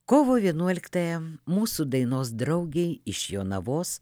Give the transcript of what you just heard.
kovo vienuoliktąją mūsų dainos draugei iš jonavos